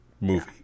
movie